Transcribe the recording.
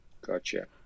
Gotcha